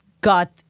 got